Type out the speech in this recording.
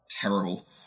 terrible